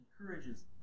encourages